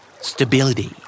Stability